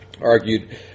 argued